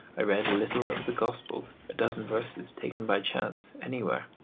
i read a little of the gospels, a dozen verses taken by chance anywhere.